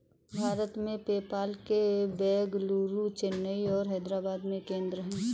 भारत में, पेपाल के बेंगलुरु, चेन्नई और हैदराबाद में केंद्र हैं